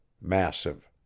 massive